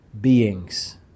beings